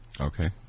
Okay